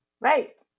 Right